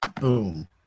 Boom